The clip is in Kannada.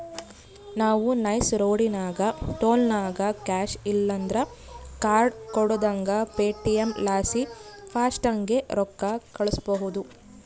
ನಾವು ನೈಸ್ ರೋಡಿನಾಗ ಟೋಲ್ನಾಗ ಕ್ಯಾಶ್ ಇಲ್ಲಂದ್ರ ಕಾರ್ಡ್ ಕೊಡುದಂಗ ಪೇಟಿಎಂ ಲಾಸಿ ಫಾಸ್ಟಾಗ್ಗೆ ರೊಕ್ಕ ಕಳ್ಸ್ಬಹುದು